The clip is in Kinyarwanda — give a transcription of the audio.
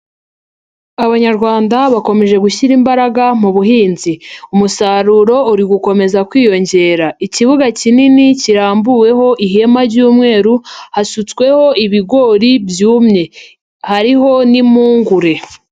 Abanyarwanda bakomeje gushyira imbaraga mu buhinzi. Umusaruro uri gukomeza kwiyongera. Ikibuga kinini kirambuweho ihema ry'umweru, hasutsweho ibigori byumye, hariho n'impungure.